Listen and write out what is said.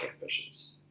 ambitions